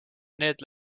need